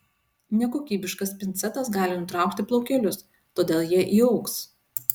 nekokybiškas pincetas gali nutraukti plaukelius todėl jie įaugs